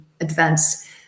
advance